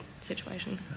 situation